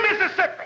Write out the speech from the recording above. Mississippi